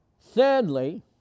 thirdly